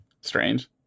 strange